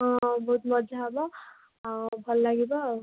ହଁ ବହୁତ ମଜା ହେବ ଆଉ ଭଲ ଲାଗିବ ଆଉ